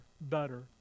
better